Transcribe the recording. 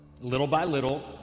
little-by-little